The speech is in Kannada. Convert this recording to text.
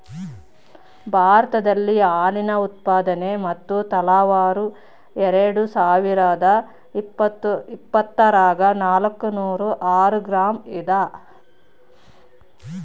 ಭಾರತದಲ್ಲಿ ಹಾಲಿನ ಉತ್ಪಾದನೆ ಮತ್ತು ತಲಾವಾರು ಎರೆಡುಸಾವಿರಾದ ಇಪ್ಪತ್ತರಾಗ ನಾಲ್ಕುನೂರ ಆರು ಗ್ರಾಂ ಇದ